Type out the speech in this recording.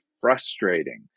frustrating